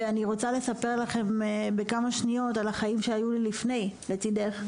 ואני רוצה לספר לכם בכמה שניות על החיים שהיו לי לפני "לצידך",